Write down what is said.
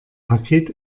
paket